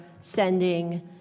sending